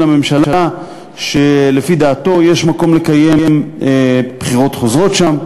לממשלה שלפי דעתו יש מקום לקיים בחירות חוזרות שם.